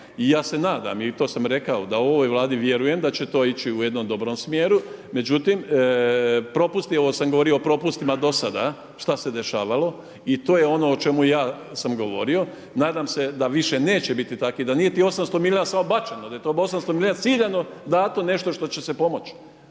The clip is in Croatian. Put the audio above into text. i ja se nadam i to sam rekao, da ovoj Vladi vjerujem da će to ići u jednom smjeru. Međutim, propust je, ja sam govorio o propustima dosada šta se dešavalo i to je ono o čemu ja sam govorio. Nadam se da više neće biti takvih. Da nije tih 800 milijuna bačeno, da je .../Govornik se ne razumije./... ciljano dato nešto što će se pomoć.